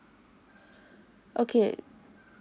okay